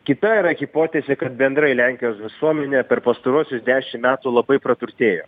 kita yra hipotezė kad bendrai lenkijos visuomenė per pastaruosius dešim metų labai praturtėjo